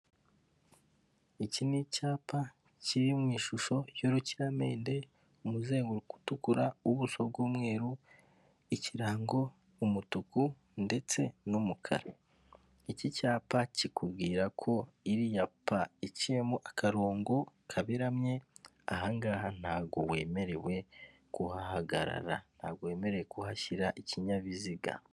Iki ni icyapa kiri mu ishusho y'urukiramende umuzenguruko utukura ,ubuso bw'umweru ikirango umutuku ndetse n'umukara .Iki cyapa kikubwira ko iriya pa iciyemo akarongo kaberamye aha ngaha ntago wemerewe kuhahagarara ntabwo wemerewe kuhashyira ikinyabiziga.